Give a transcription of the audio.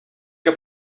que